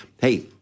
Hey